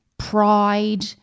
pride